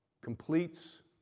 completes